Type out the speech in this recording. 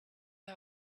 are